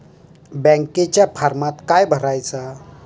बँकेच्या फारमात काय भरायचा?